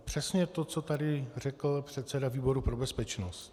Přesně to, co tady řekl předseda výboru pro bezpečnost.